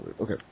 Okay